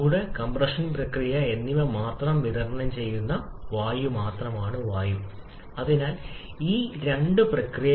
വിപുലീകരണ പ്രക്രിയയിൽ താപനില കുറയേണ്ടതിനാൽ CO NO2 ആയ ഡിസോസിയേഷന്റെ ഈ ഉൽപ്പന്നം വീണ്ടും സംയോജിപ്പിച്ച് അവിടെ CO2 രൂപപ്പെടുന്നു